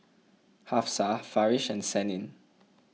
Hafsa Farish and Senin